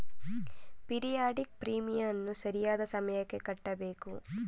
periodic ಪ್ರೀಮಿಯಂನ್ನು ಸರಿಯಾದ ಸಮಯಕ್ಕೆ ಕಟ್ಟಬೇಕು